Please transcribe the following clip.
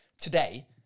today